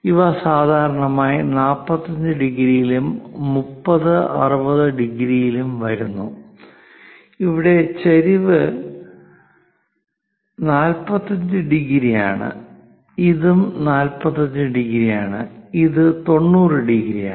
ഇവ സാധാരണയായി 45 ഡിഗ്രിയിലും 30 60 ഡിഗ്രിയിലും വരുന്നു ഇവിടെ ചെരിവ് ആംഗിൾ 45 ഡിഗ്രിയാണ് ഇതും 45 ഡിഗ്രിയാണ് ഇത് 90 ഡിഗ്രിയാണ്